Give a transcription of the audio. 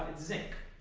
zinc